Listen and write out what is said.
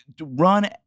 run